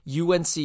UNC